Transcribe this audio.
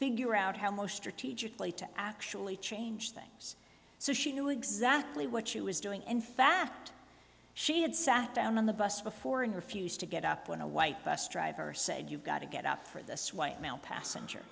figure out how most strategically to actually change things so she knew exactly what she was doing in fact she had sat down on the bus before and refused to get up when a white bus driver said you gotta get up for this white male passenger